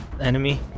Enemy